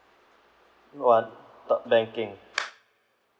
one t~ banking